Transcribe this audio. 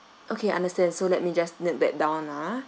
okay understand so let me just note that down ah